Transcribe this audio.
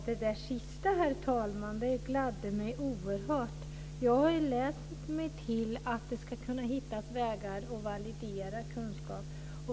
Herr talman! Det sista gladde mig oerhört. Jag har läst mig till att det ska gå att hitta vägar att validera kunskap.